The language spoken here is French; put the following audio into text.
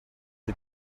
les